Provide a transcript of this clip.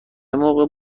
موقع